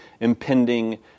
impending